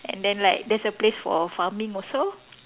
and then like there's a place for farming also